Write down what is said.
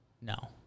No